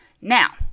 now